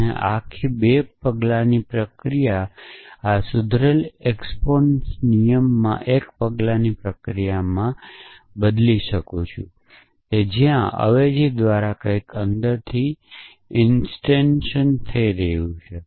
આ આખી 2 પગલાની પ્રક્રિયા એક પગલાની પ્રક્રિયા જેમાં આ સુધારેલા એક્સપોન્સન્ટ નિયમો છે તેમાં બદલાય જશે જ્યાં અવેજી દ્વારા ક્યાંક અંદરથી ઇન્સ્ટિન્ટીએશન થઈ રહ્યું છે